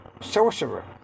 sorcerer